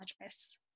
address